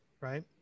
Right